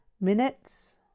Minutes